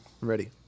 Ready